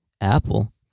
Apple